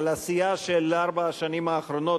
על העשייה של ארבע השנים האחרונות,